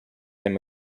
him